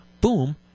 boom